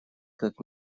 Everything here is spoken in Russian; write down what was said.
как